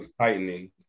tightening